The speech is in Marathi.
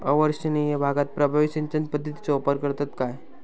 अवर्षणिय भागात प्रभावी सिंचन पद्धतीचो वापर करतत काय?